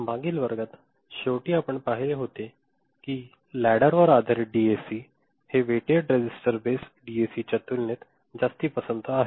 मागील वर्गात शेवटी आपण पाहिले होते की लॅडर आधारित डीएसी हे वेटेड रेझिस्टर बेस्ड डीएसीच्या तुलनेत जास्त पसंत आहे